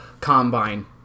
combine